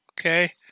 Okay